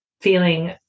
feeling